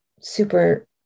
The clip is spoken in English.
super